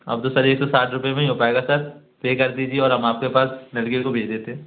अब तो सर एक सौ साठ रूपये में ही हो पाएगा सर पे कर दीजिए और हम आपके पास लड़के को भेज देते हैं